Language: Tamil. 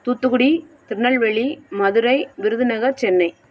தூத்துக்குடி திருநெல்வேலி மதுரை விருதுநகர் சென்னை